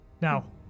Now